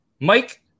Mike